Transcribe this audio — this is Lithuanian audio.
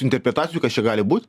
interpretacijų kas čia gali būt